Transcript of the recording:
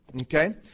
Okay